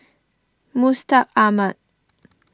Mustaq Ahmad